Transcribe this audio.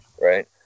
right